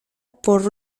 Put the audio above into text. por